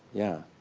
yeah.